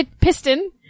Piston